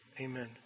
Amen